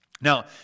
Now